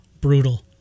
brutal